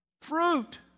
fruit